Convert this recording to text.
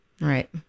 Right